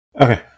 Okay